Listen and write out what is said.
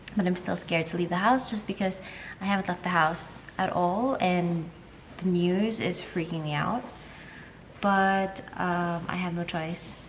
and i'm still scared to leave the house just because i haven't left the house at all and the news is freaking me out but i have no choice.